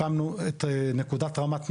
הקמנו את נקודת רמת נגב,